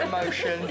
emotion